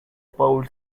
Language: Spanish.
paul